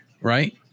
right